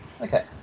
Okay